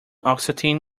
oxytocin